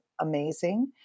amazing